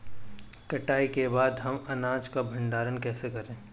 कटाई के बाद हम अनाज का भंडारण कैसे करें?